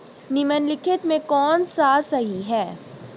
निम्नलिखित में से कौन सा सही है?